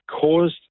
caused